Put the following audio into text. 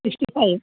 sixty five